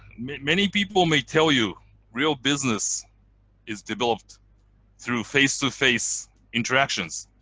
many people may tell you real business is developed through face to face interactions.